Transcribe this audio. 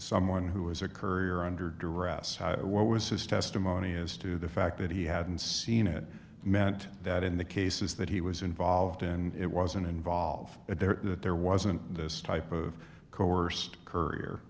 someone who was a courier under duress or what was his testimony as to the fact that he hadn't seen it meant that in the cases that he was involved and it wasn't involved and there that there wasn't this type of coerced c